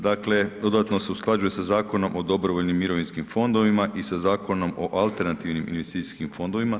Dakle dodatno se usklađuje sa Zakonom o dobrovoljnim mirovinskim fondovima i sa Zakonom o alternativnim investicijskim fondovima.